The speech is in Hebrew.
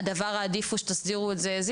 הדבר העדיף הוא שתסדירו את זה כמו שזה.